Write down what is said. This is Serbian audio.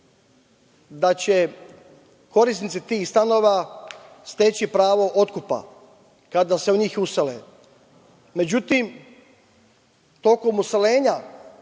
da će korisnici tih stanova steći pravo otkupa kada se u njih usele. Međutim, tokom useljenja